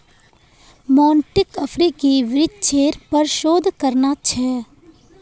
मोंटीक अफ्रीकी वृक्षेर पर शोध करना छ